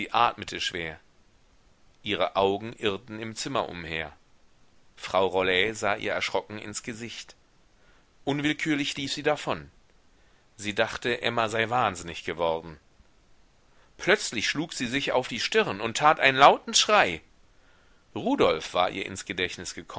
atmete schwer ihre augen irrten im zimmer umher frau rollet sah ihr erschrocken ins gesicht unwillkürlich lief sie davon sie dachte emma sei wahnsinnig geworden plötzlich schlug sie sich auf die stirn und tat einen lauten schrei rudolf war ihr ins gedächtnis